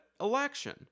election